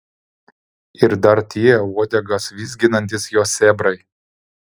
ir dar tie uodegas vizginantys jo sėbrai